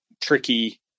tricky